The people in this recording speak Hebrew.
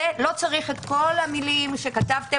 לא צריך את כל המלים שכתבתם.